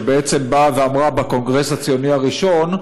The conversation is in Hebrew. שבעצם באה ואמרה בקונגרס הציוני הראשון: